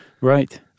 Right